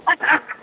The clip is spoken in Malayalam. അ ആ